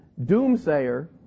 doomsayer